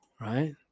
right